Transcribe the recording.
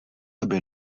aby